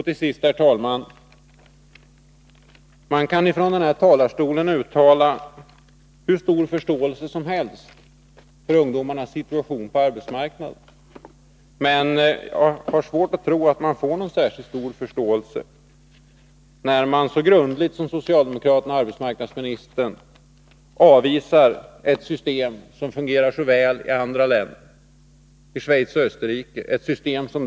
Till sist, herr talman, vill jag notera att man från den här talarstolen kan uttala hur stor förståelse som helst för ungdomarnas situation på arbetsmarknaden, men jag har svårt att tro att man får någon särskilt stor förståelse när man så grundligt som socialdemokraterna och arbetsmarknadsministern avvisar ett system som fungerar så väl i andra länder, t.ex. i Schweiz och Österrike.